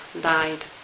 died